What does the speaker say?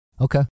Okay